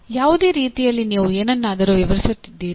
ಯಾವುದೇ ರೀತಿಯಲ್ಲಿ ನೀವು ಏನನ್ನಾದರೂ ವಿವರಿಸುತ್ತಿದ್ದೀರಿ